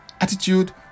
attitude